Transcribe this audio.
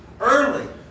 Early